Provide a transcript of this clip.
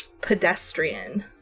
pedestrian